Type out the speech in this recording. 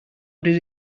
did